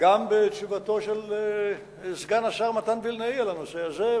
גם בתשובתו של סגן השר מתן וילנאי על הנושא הזה,